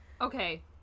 Okay